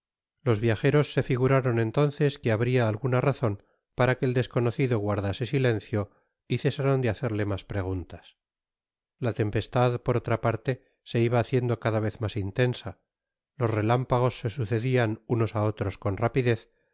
los viajeros se figuraron entonces que habria alguna razon para que el desconocido guardase silencio y cesaron de hacerle mas preguntas i la tempestad por otra parte se iba haeiendo cada vez mas intensa tos relámpagos se sucedian unosá otros con rapidez